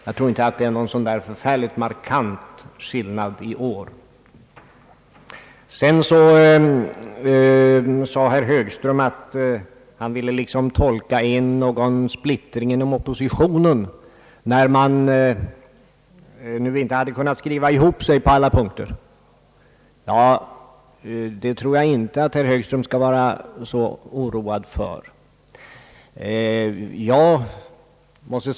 Jag tror inte att det föreligger någon markant skillnad i år i förhållande till tidigare år. Herr Högström ville se det som en splittring inom oppositionen när den inte kunnat skriva ihop sig på alla punkter. Jag tror inte att herr Högström behöver vara oroad för den saken.